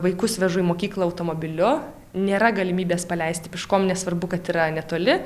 vaikus vežu į mokyklą automobiliu nėra galimybės paleisti piškom nesvarbu kad yra netoli